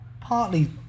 Partly